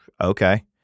Okay